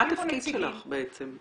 מה התפקיד שלך, בעצם?